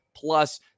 Plus